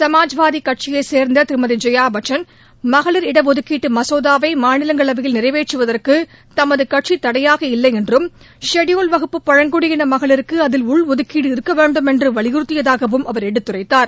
சமாஜ்வாதி கட்சியை சேர்ந்த திருமதி ஜெயாபட்சன் மகளிர் இடஒதுக்கீட்டு மசோதாவை மாநிலங்களவையில் நிறைவேற்றுவதற்கு தமது கட்சி தடையாக இல்லை என்றும் ஷெட்யூல்டு வகுப்பு பழங்குடியின மகளிருக்கு அதில் உள்ஒதுக்கீடு இருக்கவேண்டும் என்று வலியுறுத்துவதாகவும் எடுத்துரைத்தார்